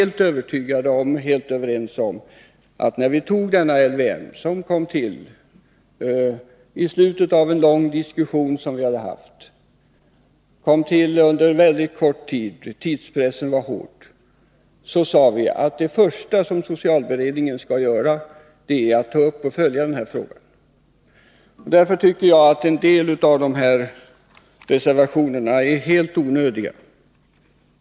LVM kom till i slutet av en lång diskussion. Den kom till under väldigt kort tid — tidspressen var hård. Vi sade då att det första som socialberedningen skall göra är att ta upp och följa denna fråga. Därför tycker jag att en del av de här reservationerna är helt onödiga.